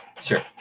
Sure